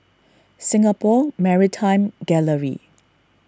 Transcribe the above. Singapore Maritime Gallery